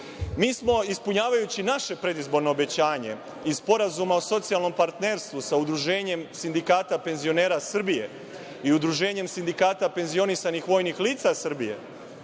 smo, ispunjavajući naše predizborno obećanje i sporazuma o socijalnom partnerstvu sa Udruženjem sindikata penzionera Srbije i Udruženjem sindikata penzionisanih vojnih lica Srbije,